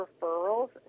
referrals